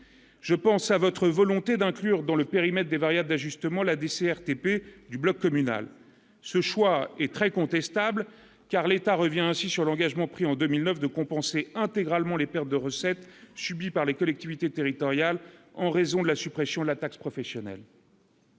je pense à votre volonté d'inclure dans le périmètre des variables d'ajustement, la desserte RTP du bloc communal, ce choix est très contestable, car l'État revient ainsi sur l'engagement pris en 2009 de compenser intégralement les pertes de recettes subie par les collectivités territoriales, en raison de la suppression de la taxe professionnelle.